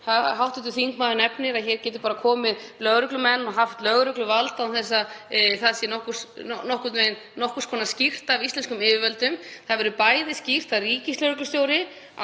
sem hv. þingmaður nefnir, að hér geti bara komið lögreglumenn og haft lögregluvald án þess að það sé nokkuð skýrt af íslenskum yfirvöldum. Það verður skýrt, ríkislögreglustjóri